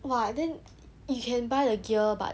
!wah! then you can buy the gear but